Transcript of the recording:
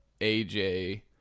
AJ